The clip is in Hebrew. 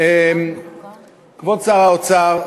כבוד שר האוצר,